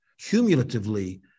cumulatively